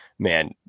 Man